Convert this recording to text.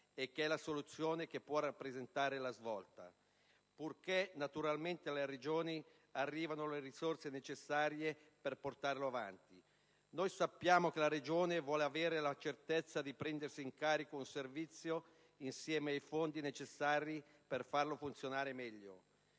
che è la soluzione che può rappresentare la svolta purché naturalmente alle Regioni arrivino le risorse necessarie per portarla avanti. Noi sappiamo che la Regione vuole avere la certezza di prendersi in carico un servizio insieme ai fondi necessari per farlo funzionare meglio.